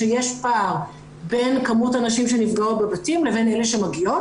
שיש פער בין כמות הנשים שנפגעות בבתים לבין אלה שמגיעות,